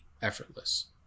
effortless